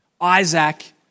Isaac